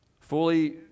fully